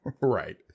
Right